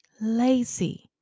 Lazy